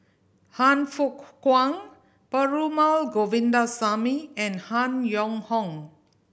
Han Fook Kwang Perumal Govindaswamy and Han Yong Hong